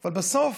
אבל בסוף,